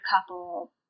couple